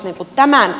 arvoisa puhemies